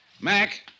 Mac